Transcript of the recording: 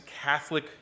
Catholic